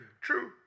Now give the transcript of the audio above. True